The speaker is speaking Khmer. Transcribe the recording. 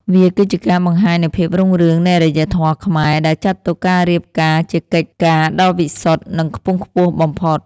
វាគឺជាការបង្ហាញនូវភាពរុងរឿងនៃអរិយធម៌ខ្មែរ ដែលចាត់ទុកការរៀបការជាកិច្ចការដ៏វិសុទ្ធ និងខ្ពង់ខ្ពស់បំផុត។